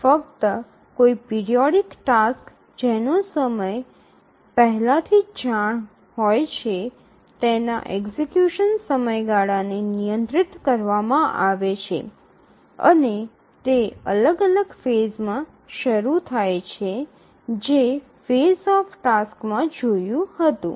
ફક્ત કોઈ periodic tasks જેના સમયની પહેલાથી જાણ છે તેના એક્ઝિકયુશન સમયગાળાને નિયંત્રિત કરવામાં આવે છે અને તે સમય અલગ અલગ ફેઝમાં શરૂ થાય છે જે ફેઝ ઓફ ટાસ્ક માં જોયું હતું